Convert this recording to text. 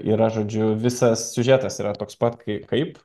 yra žodžiu visas siužetas yra toks pat kai kaip